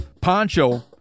Poncho